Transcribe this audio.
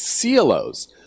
CLOs